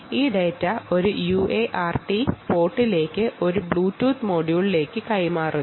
ഈ data UART പോർട്ടിലൂടെ ഒരു ബ്ലൂടൂത്ത് മൊഡ്യൂളിലേക്ക് കൈമാറുന്നു